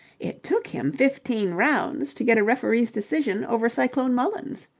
it took him fifteen rounds to get a referee's decision over cyclone mullins,